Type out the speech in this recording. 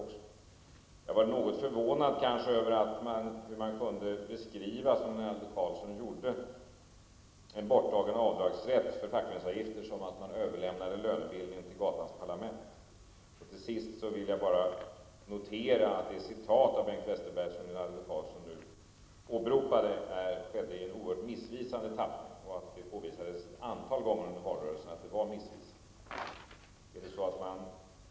Jag var kanske något förvånad över att man kunde beskriva, som Rinaldo Karlsson gjorde, en borttagen avdragsrätt för fackföreningsavgifter som att man överlämnar lönebildningen till ''gatans parlament''. Till sist vill jag bara notera att det citat av Bengt Westerberg som Rinaldo Karlsson åberopade är oerhört missvisande. Det har påvisats ett antal gånger under valrörelsen att uttalandet var missvisande.